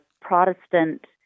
Protestant